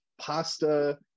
pasta